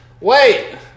Wait